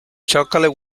chocolate